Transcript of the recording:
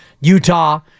Utah